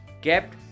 kept